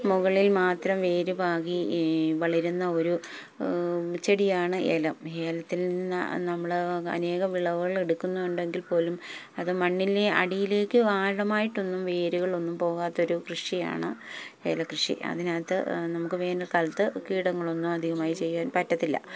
മുകളിൽ മാത്രം വേര് പാകി വളരുന്ന ഒരു ചെടിയാണ് ഏലം ഏലത്തിൽ നിന്ന് നമ്മള് അനേകം വിളകൾ എടുക്കുന്നുണ്ടെങ്കിൽപ്പോലും അത് മണ്ണിന്റെ അടിയിലേക്ക് ആഴമായിട്ടൊന്നും വേരുകളൊന്നും പോകാത്തൊരു കൃഷിയാണ് ഏലക്കൃഷി അതിനകത്ത് നമുക്ക് വേനല്ക്കാലത്ത് കീടങ്ങളൊന്നും അധികമായി ചെയ്യാൻ പറ്റില്ല